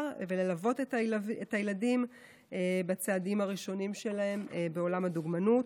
וללוות את הילדים בצעדים שלהם בעולם הדוגמנות.